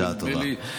תודה רבה.